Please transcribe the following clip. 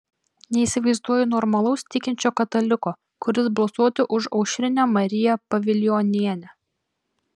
neįsivaizduoju normalaus tikinčio kataliko kuris balsuotų už aušrinę mariją pavilionienę